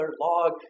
log